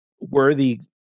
worthy